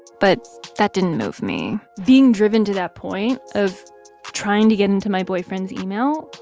but that didn't move me being driven to that point of trying to get into my boyfriend's email,